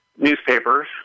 newspapers